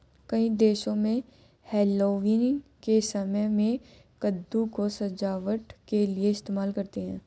कई देशों में हैलोवीन के समय में कद्दू को सजावट के लिए इस्तेमाल करते हैं